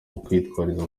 gukwirakwiza